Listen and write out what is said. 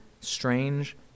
strange